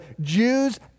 Jews